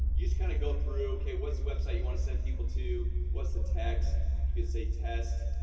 you just kind of go through okay? what's the website you want to send people to what's the text you can say test?